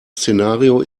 szenario